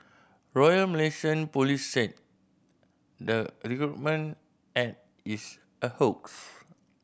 Royal Malaysian Police said the recruitment ad is a hoax